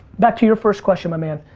back to your first question my man.